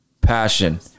passion